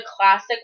classic